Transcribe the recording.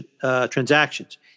transactions